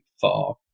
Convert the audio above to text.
far